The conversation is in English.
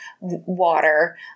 water